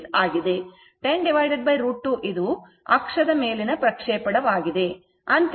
10 √ 2 ಇದು x ಅಕ್ಷದ ಮೇಲಿನ ಪ್ರಕ್ಷೇಪಣ ಆಗಿದೆ